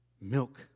milk